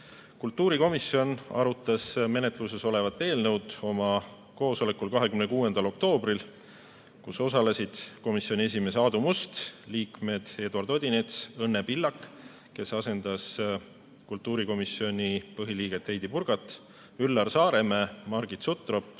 Kultuurikomisjon arutas menetluses olevat eelnõu oma koosolekul 26. oktoobril, kus osalesid komisjoni esimees Aadu Must, liikmed Eduard Odinets, Õnne Pillak, kes asendas kultuurikomisjoni põhiliiget Heidy Purgat, Üllar Saaremäe, Margit Sutrop,